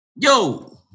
Yo